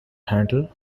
handle